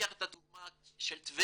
לוקח את הדוגמה של טבריה